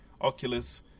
Oculus